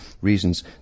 reasons